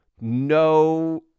no